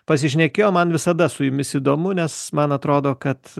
pasišnekėjo man visada su jumis įdomu nes man atrodo kad